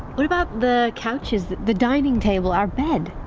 what about the couches, the dining table, our bed.